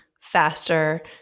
faster